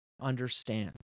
understand